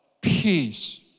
Peace